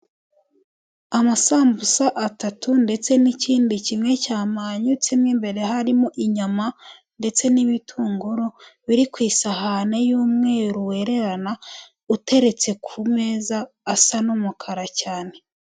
Amasambusa atatu ndetse n'ikindi kimwe cyamanyutse mo imbere harimo inyama ndetse n'ibitunguru, biri ku isahani y'umweru wererana, uteretse ku meza asa n'umukara cyane.